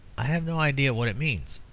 i have no idea what it means.